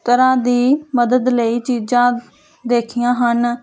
ਤਰ੍ਹਾਂ ਦੀ ਮਦਦ ਲਈ ਚੀਜ਼ਾਂ ਦੇਖੀਆਂ ਹਨ